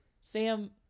Sam